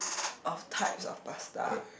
of types of pasta